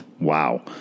wow